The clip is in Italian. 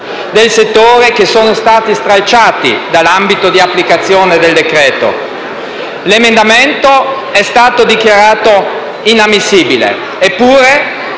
del settore che sono stati stralciati dall'ambito di applicazione del decreto-legge. L'emendamento è stato dichiarato inammissibile eppure,